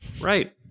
right